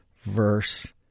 verse